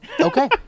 Okay